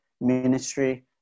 ministry